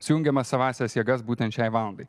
sujungiame savąsias jėgas būtent šiai valandai